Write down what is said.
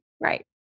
Right